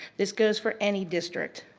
this goes for any district.